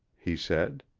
he said.